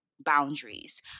boundaries